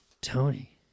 Tony